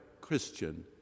Christian